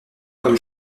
comme